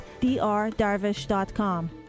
drdarvish.com